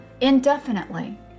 indefinitely